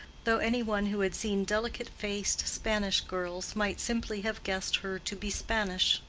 though any one who had seen delicate-faced spanish girls might simply have guessed her to be spanish.